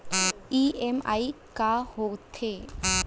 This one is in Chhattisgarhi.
ई.एम.आई का होथे?